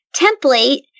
template